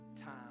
time